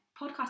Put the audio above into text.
podcast